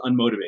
unmotivated